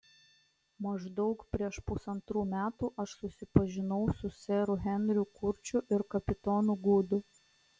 maždaug prieš pusantrų metų aš susipažinau su seru henriu kurčiu ir kapitonu gudu